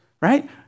right